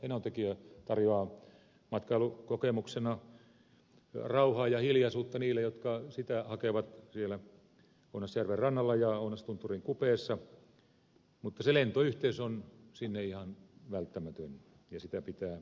enontekiö tarjoaa matkailukokemuksena rauhaa ja hiljaisuutta niille jotka sitä hakevat siellä ounasjärven rannalla ja ounastunturin kupeessa mutta lentoyhteys on sinne ihan välttämätön ja sitä pitää edistää myös valtiovallan tuella